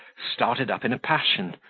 started up in a passion,